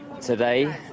today